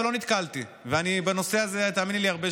אבל לא נתקלתי,